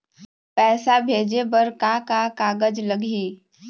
पैसा भेजे बर का का कागज लगही?